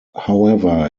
however